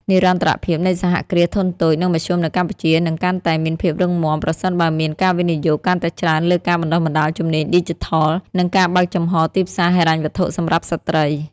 និរន្តរភាពនៃសហគ្រាសធុនតូច និងមធ្យមនៅកម្ពុជា នឹងកាន់តែមានភាពរឹងមាំ ប្រសិនបើមានការវិនិយោគកាន់តែច្រើនលើការបណ្ដុះបណ្ដាលជំនាញឌីជីថល និងការបើកចំហរទីផ្សារហិរញ្ញវត្ថុសម្រាប់ស្ត្រី។